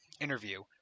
interview